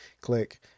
click